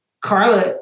Carla